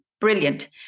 Brilliant